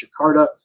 Jakarta